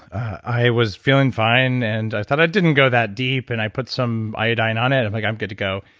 i was feeling fine, and i thought i didn't go that deep. and i put some iodine on it. i'm like, i'm good to go.